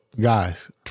guys